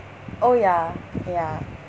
oh ya ya